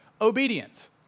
obedience